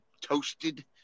toasted